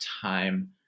time